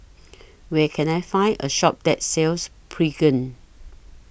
Where Can I Find A Shop that sells Pregain